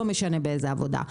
לא משנה באיזו עבודה.